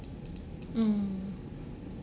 mm